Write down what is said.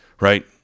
Right